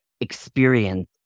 experience